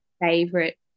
favorite